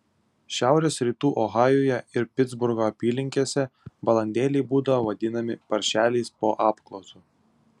šiaurės rytų ohajuje ir pitsburgo apylinkėse balandėliai būdavo vadinami paršeliais po apklotu